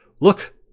look